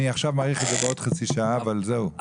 עכשיו אני מאריך את זה בעוד חצי שעה, אבל זהו.